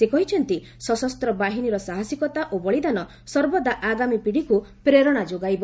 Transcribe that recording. ସେ କହିଛନ୍ତି ସଶସ୍ତ ବାହିନୀର ସାହସିକତା ଓ ବଳିଦାନ ସର୍ବଦା ଆଗାମୀ ପୀଢ଼ିଙ୍କୁ ପ୍ରେରଣା ଯୋଗାଇବ